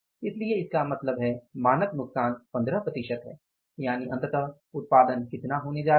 इसलिए इसका मतलब है मानक नुकसान 15 प्रतिशत है यानि अंततः उत्पादन कितना होने जा रहा है